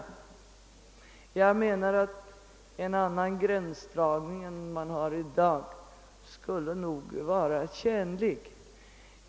Jag menar alltså att en annan gränsdragning än man har i dag nog skulle vara tjänlig.